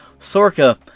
Sorka